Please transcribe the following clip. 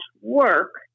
work